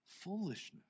foolishness